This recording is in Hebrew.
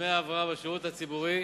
השירות הציבורי